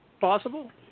Possible